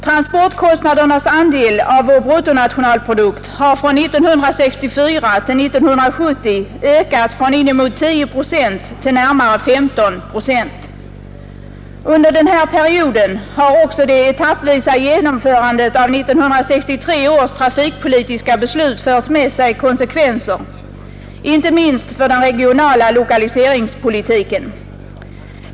Transportkostnadernas andel av vår bruttonationalprodukt har från 1964 till 1970 ökat från inemot 10 procent till närmare 15 procent. Under den här perioden har också det etappvisa genomförandet av 1963 års trafikpolitiska beslut fört med sig konsekvenser, inte minst för den regionala lokaliseringspolitiken.